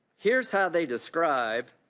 here is how they describe